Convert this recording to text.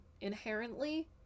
inherently